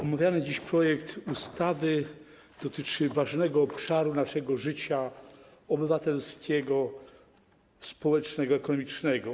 Omawiany dziś projekt ustawy dotyczy ważnego obszaru naszego życia obywatelskiego, społeczno-ekonomicznego.